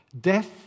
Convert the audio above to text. death